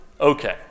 Okay